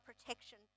protection